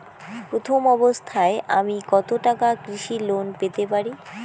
প্রথম অবস্থায় আমি কত টাকা কৃষি লোন পেতে পারি?